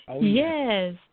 Yes